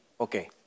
Okay